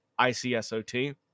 ICSOT